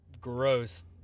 gross